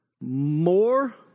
more